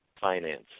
finance